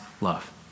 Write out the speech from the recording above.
love